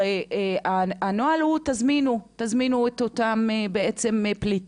הרי הנוהל אומר שאפשר להזמין את אותן פליטות